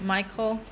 Michael